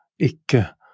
ikke